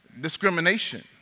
discrimination